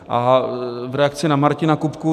A v reakci na Martina Kupku.